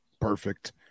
perfect